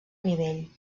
nivell